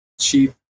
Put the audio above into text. cheap